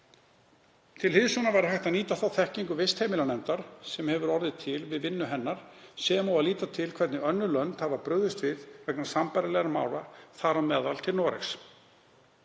Til hliðsjónar væri hægt að nýta þá þekkingu vistheimilanefndar sem hefur orðið til við vinnu hennar sem og líta til hvernig önnur lönd hafa brugðist við vegna sambærilegra mála, þar á meðal til Noregs.